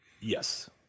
yes